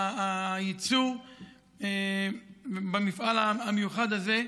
היצוא מהמפעל המיוחד הזה.